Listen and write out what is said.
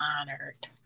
honored